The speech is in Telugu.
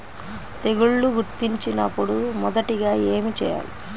తెగుళ్లు గుర్తించినపుడు మొదటిగా ఏమి చేయాలి?